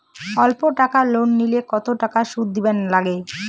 অল্প টাকা লোন নিলে কতো টাকা শুধ দিবার লাগে?